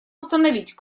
установить